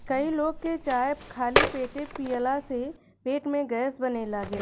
कई लोग के चाय खाली पेटे पियला से पेट में गैस बने लागेला